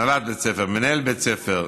להנהלת בית ספר ולמנהל בית ספר.